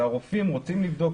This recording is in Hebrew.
שהרופאים רוצים לבדוק,